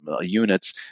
units